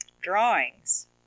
drawings